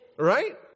right